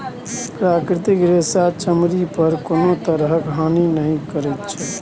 प्राकृतिक रेशा चमड़ी पर कोनो तरहक हानि नहि करैत छै